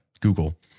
Google